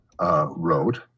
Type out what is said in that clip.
wrote